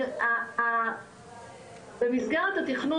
במסגרת התכנון,